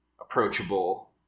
approachable